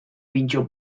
pintxo